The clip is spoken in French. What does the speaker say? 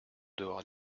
dehors